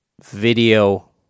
video